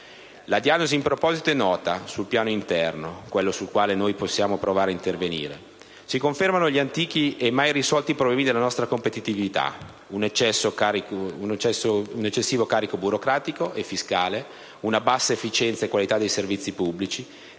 La diagnosi in proposito è nota: sul piano interno, quello sul quale possiamo provare ad intervenire: si confermano gli antichi e mai risolti problemi della nostra competitività: un eccessivo carico burocratico e fiscale, una bassa efficienza e qualità dei servizi pubblici,